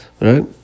Right